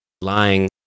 lying